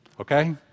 Okay